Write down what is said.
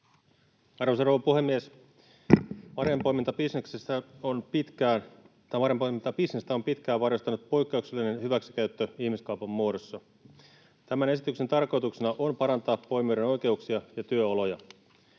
Arvoisa rouva puhemies! Marjanpoimintabisnestä on pitkään varjostanut poikkeuksellinen hyväksikäyttö ihmiskaupan muodossa. Tämän esityksen tarkoituksena on parantaa poimijoiden oikeuksia ja työoloja.